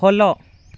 follow